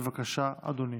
בבקשה, אדוני.